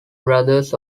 brothers